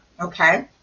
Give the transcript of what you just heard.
okay